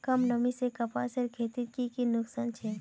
कम नमी से कपासेर खेतीत की की नुकसान छे?